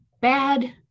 bad